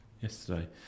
yesterday